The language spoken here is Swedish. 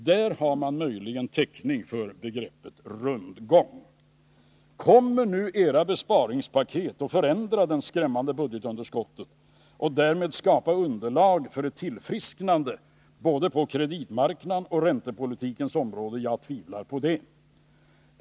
Där har man möjligen täckning för begreppet rundgång. Kommer nu era besparingspaket att förändra det skrämmande budgetunderskottet och därmed skapa underlag för ett tillfrisknande på både kreditmarknadens och räntepolitikens områden? Jag tvivlar på det.